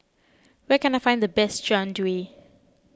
where can I find the best Jian Dui